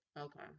Okay